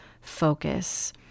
focus